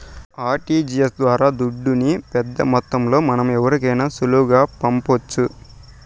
RTGS ద్వారా దుడ్డుని పెద్దమొత్తంలో మనం ఎవరికైనా సులువుగా పంపొచ్చు